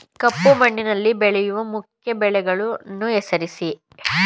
ಕಪ್ಪು ಮಣ್ಣಿನಲ್ಲಿ ಬೆಳೆಯುವ ಮುಖ್ಯ ಬೆಳೆಗಳನ್ನು ಹೆಸರಿಸಿ